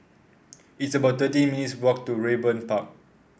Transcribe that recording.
it's about thirteen minutes' walk to Raeburn Park